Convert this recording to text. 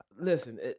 listen